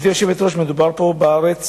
גברתי היושבת-ראש, מדובר פה בארץ